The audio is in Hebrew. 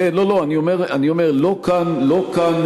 כן, בחיים עצמם